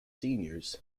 seniors